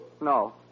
No